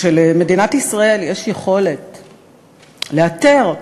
שלמדינת ישראל יש יכולת לאתר,